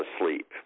asleep